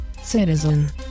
citizen